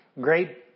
great